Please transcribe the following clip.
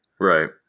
Right